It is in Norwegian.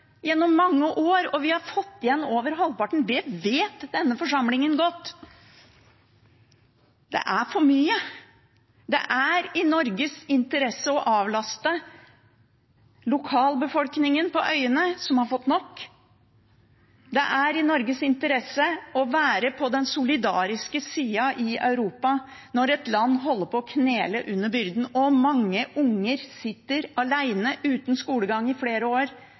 gjennom mange år, og vi har fått igjen over halvparten. Det vet denne forsamlingen godt. Det er for mye. Det er i Norges interesse å avlaste lokalbefolkningen på øyene, som har fått nok. Det er i Norges interesse å være på den solidariske sida i Europa når et land holder på å knele under byrden, og mange unger sitter alene uten skolegang i flere år,